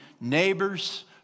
neighbors